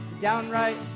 downright